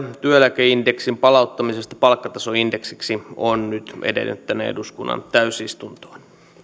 työeläkeindeksin palauttamisesta palkkatasoindeksiksi on nyt edennyt tänne eduskunnan täysistuntoon